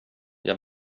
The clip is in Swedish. jag